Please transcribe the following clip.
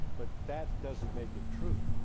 but that doesn't make it true.